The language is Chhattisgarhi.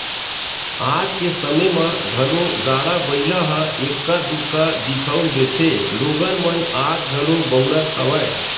आज के समे म घलो गाड़ा बइला ह एक्का दूक्का दिखउल देथे लोगन मन आज घलो बउरत हवय